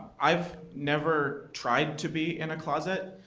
i've never tried to be in a closet.